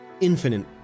infinite